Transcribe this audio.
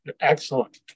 Excellent